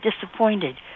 disappointed